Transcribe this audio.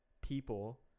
people